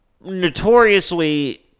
notoriously